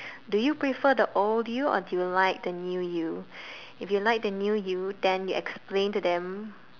do you prefer the old you or do you like the new you if you like the new you you explain to them